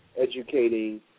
educating